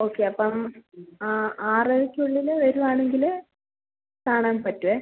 okay അപ്പം ആ ആറരക്ക് ഉള്ളിൽ വരുകയാണെങ്കിൽ കാണാൻ പറ്റും